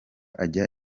ajya